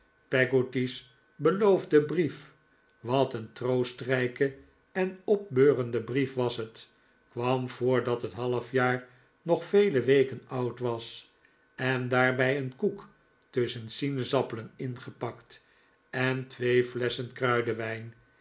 peggotty's beloofde brief wat een troostrijke en opbeurende brief was het kwam voordat het halfjaar nog vele weken oud was en daarbij een koek tusschen sinaasappelen ingepakt en twee flesschen